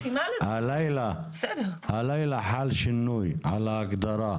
הלילה חל שינוי בהגדרה.